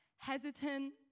Hesitant